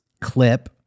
clip